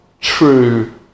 true